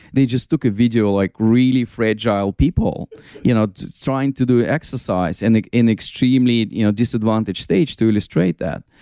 they just took a video like really fragile people you know trying to do ah exercise and in extremely you know disadvantaged stage to illustrate that.